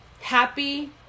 Happy